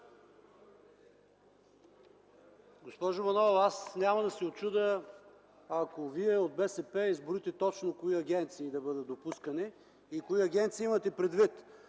Госпожо Манолова, аз няма да се учудя, ако вие от БСП изброите точно кои агенции да бъдат допускани и кои агенции имате предвид.